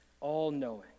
all-knowing